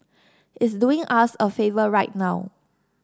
it's doing us a favour right now